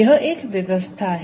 यह एक व्यवस्था है